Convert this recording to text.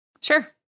Sure